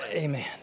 Amen